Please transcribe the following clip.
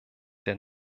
der